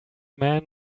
man